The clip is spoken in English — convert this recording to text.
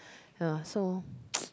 ya so